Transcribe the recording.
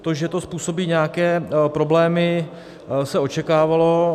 To, že to způsobí nějaké problémy, se očekávalo.